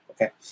Okay